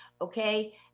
Okay